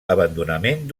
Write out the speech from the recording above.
abandonament